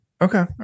okay